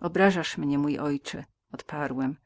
obrażasz mnie mój ojcze odparłem